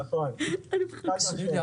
נכון, חד-משמעית.